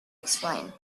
explain